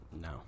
No